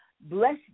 bless